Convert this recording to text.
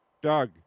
doug